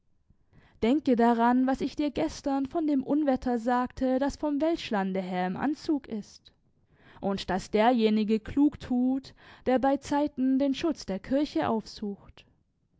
denke daran was ich dir gestern von dem unwetter sagte das vom welschlande her im anzug ist und daß derjenige klug tut der beizeiten den schutz der kirche aufsucht